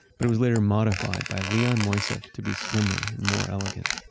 but it was later modified by leon moisseiff to be slimmer more elegant.